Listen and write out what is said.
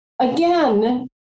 Again